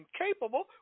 incapable